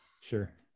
Sure